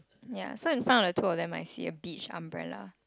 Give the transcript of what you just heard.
ya so in front of two of them I see a beach umbrella